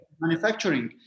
manufacturing